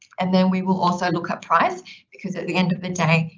and then we will also look at price because at the end of the day,